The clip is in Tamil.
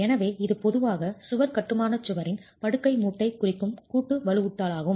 எனவே இது பொதுவாக சுவர் கட்டுமான சுவரின் படுக்கை மூட்டைக் குறிக்கும் கூட்டு வலுவூட்டலாகும்